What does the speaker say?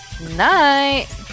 Night